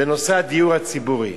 בנושא הדיור הציבורי,